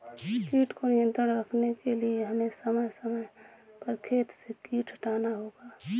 कीट को नियंत्रण रखने के लिए हमें समय समय पर खेत से कीट हटाना होगा